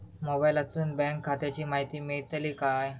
मोबाईलातसून बँक खात्याची माहिती मेळतली काय?